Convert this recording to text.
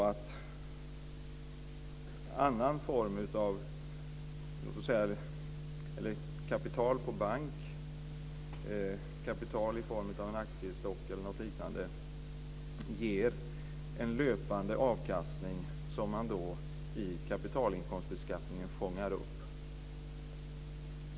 En annan form av kapital - kapital på bank, kapital i form av en aktiestock eller liknande - ger en löpande avkastning som man fångar upp i kapitalinkomstbeskattningen.